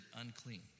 unclean